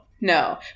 no